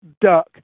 duck